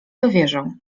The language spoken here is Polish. dowierzał